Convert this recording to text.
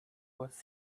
was